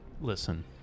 Listen